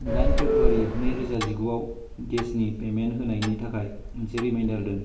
दाइन पेब्रुवारी नै रोजा जिगु आव गेसनि पेमेन्ट होनायनि थाखाय मोनसे रिमाइन्डार दोन